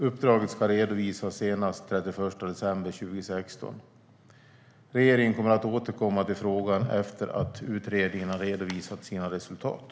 Uppdraget ska redovisas senast den 31 december 2016. Regeringen kommer att återkomma till frågan efter det att utredningen har redovisat sina resultat.